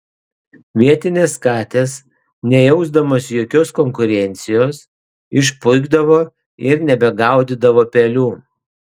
vietinės katės nejausdamos jokios konkurencijos išpuikdavo ir nebegaudydavo pelių